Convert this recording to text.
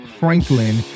franklin